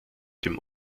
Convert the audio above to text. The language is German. dem